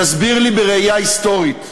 תסביר לי, בראייה היסטורית,